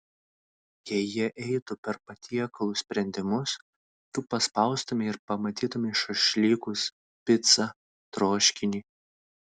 jei jie eitų per patiekalų sprendimus tu paspaustumei ir matytumei šašlykus picą troškinį